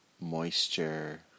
moisture